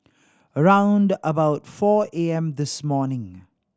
around about four A M this morning